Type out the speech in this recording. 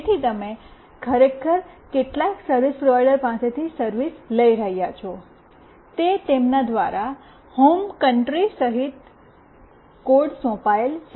તેથી તમે ખરેખર કેટલાક સર્વિસ પ્રોવાઇડર પાસેથી સર્વિસ લઈ રહ્યા છો તે તેમના દ્વારા હોમ કન્ટ્રી કોડ સહિત સોંપાયેલ છે